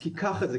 כי ככה זה,